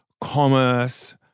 commerce